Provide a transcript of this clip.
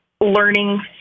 learning